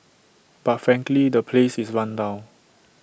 but frankly the place is run down